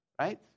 right